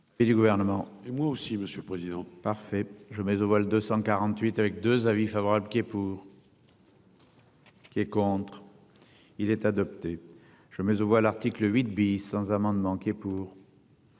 et moi aussi, Monsieur le Président, parfait, je mets de vol 248 avec 2 avis favorable qui est pour. Qui est contre. Il est adopté. Je mais on voit l'article 8 bis sans amendement qui est pour.